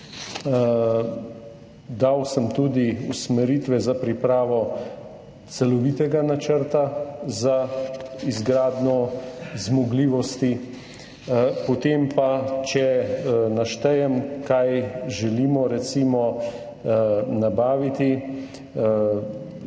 Dal sem tudi usmeritve za pripravo celovitega načrta za izgradnjo zmogljivosti. Potem pa, če naštejem, kaj želimo nabaviti.